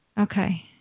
Okay